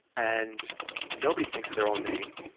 and nobody thinks of their own name.